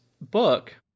book